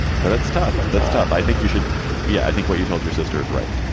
but that's tough. that's tough. i think you should be. yeah. i think what you told your sister is right.